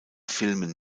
filmen